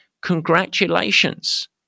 congratulations